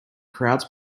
crowds